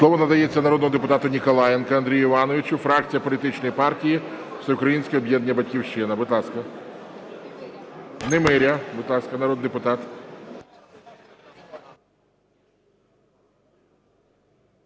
Слово надається народному депутату Ніколаєнку Андрію Івановичу, фракція політичної партії Всеукраїнське об'єднання "Батьківщина".